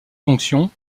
fonctions